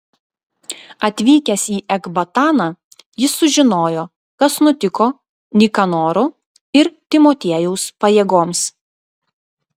atvykęs į ekbataną jis sužinojo kas nutiko nikanoro ir timotiejaus pajėgoms